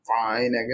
fine